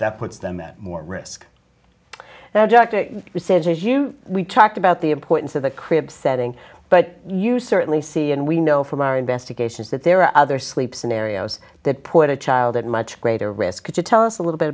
that puts them at more risk now jack to use it as you we talked about the importance of the crib setting but you certainly see and we know from our investigations that there are other sleep scenarios that put a child at much greater risk could you tell us a little bit